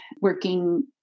working